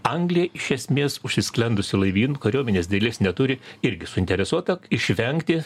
anglija iš esmės užsisklendusi laivynu kariuomenės didelės neturi irgi suinteresuota išvengti